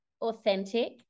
authentic